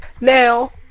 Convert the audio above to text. Now